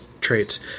traits